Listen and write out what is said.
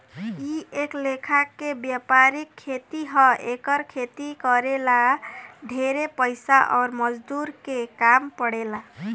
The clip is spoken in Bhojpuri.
इ एक लेखा के वायपरिक खेती ह एकर खेती करे ला ढेरे पइसा अउर मजदूर के काम पड़ेला